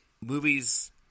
movies